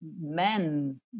men